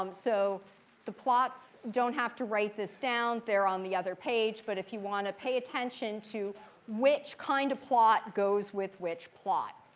um so the plots don't have to write this down. they're on the other page. but if you want to pay attention to which kind of plot goes with which plot.